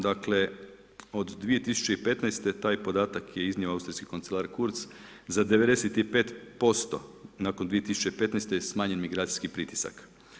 Dakle, od 2015. taj podatak je iznio austrijski kancelar Kurz za 95% nakon 2015. je smanjen migracijski pritisak.